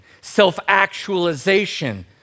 self-actualization